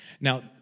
Now